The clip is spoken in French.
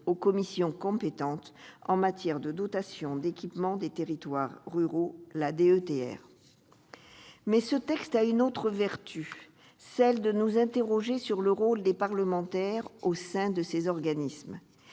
aux commissions compétentes en matière de dotation d'équipement des territoires ruraux. Mais ce texte a eu une autre vertu, celle de nous amener à nous interroger sur le rôle joué par les parlementaires au sein de ces organismes